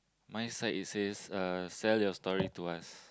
my side it says uh sell your story to us